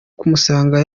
kumusanga